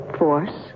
force